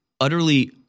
utterly